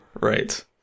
right